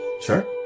Sure